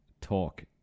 talk